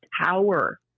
power